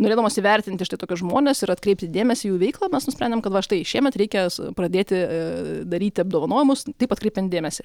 norėdamos įvertinti štai tokius žmones ir atkreipti dėmesį į jų veiklą mes nusprendėm kad va štai šiemet reikės pradėti daryti apdovanojimus taip atkreipiant dėmesį